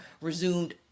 resumed